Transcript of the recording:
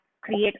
create